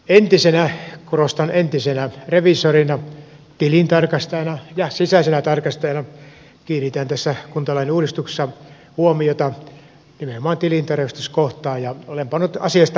entisenä korostan entisenä reviisorina tilintarkastajana ja sisäisenä tarkastajana kiinnitän tässä kuntalain uudistuksessa huomiota nimenomaan tilintarkastuskohtaan ja olen pannut asiasta paperille seuraavaa